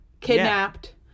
kidnapped